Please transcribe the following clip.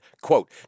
quote